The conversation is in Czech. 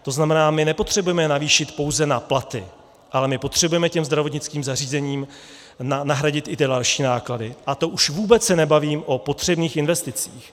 To znamená, my nepotřebujeme navýšit pouze na platy, ale my potřebujeme zdravotnickým zařízením nahradit i ty další náklady, a to už se vůbec nebavím o potřebných investicích.